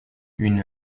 une